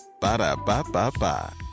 Ba-da-ba-ba-ba